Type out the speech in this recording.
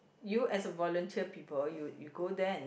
you as a volunteer people you you go there and then